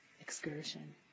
Excursion